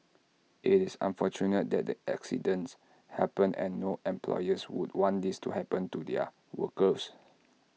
IT is unfortunate that the accidents happened and no employer would want these to happen to their workers